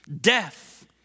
death